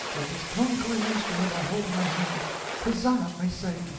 with this conquering instrument i hold in my hand huzza, i say,